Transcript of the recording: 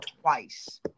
twice